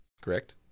correct